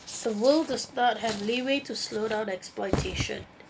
so world does not have leeway to slow down exploitation